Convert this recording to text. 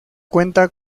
cuenta